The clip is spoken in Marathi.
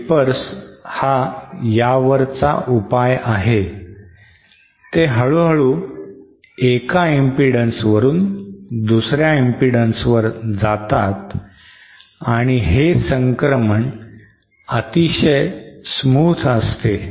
Tapers हा यावरच उपाय आहे ते हळूहळू एका impedance वरून दुसऱ्या impedance वर जातात आणि हे संक्रमण अतिशय smooth असते